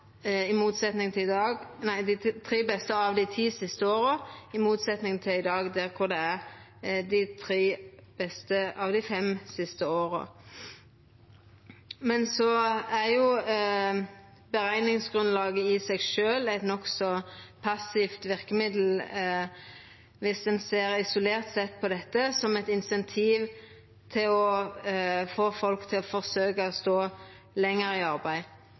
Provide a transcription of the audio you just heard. beste av dei ti siste åra, i motsetning til i dag, då det er dei tre beste av dei fem siste åra. Berekningsgrunnlaget i seg sjølv er eit nokså passivt verkemiddel viss ein ser isolert på det som eit insentiv til å få folk til å forsøkja å stå lenger i arbeid.